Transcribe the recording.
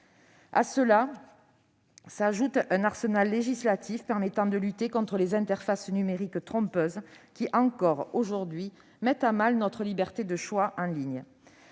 S'y ajoute un arsenal législatif permettant de lutter contre les interfaces numériques trompeuses, qui, encore aujourd'hui, mettent à mal notre liberté de choix en ligne.